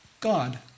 God